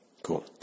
Cool